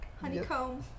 Honeycomb